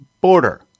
border